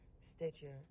Stitcher